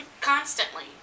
Constantly